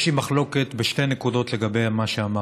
יש לי מחלוקת בשתי נקודות לגבי מה שאמרת: